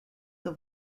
the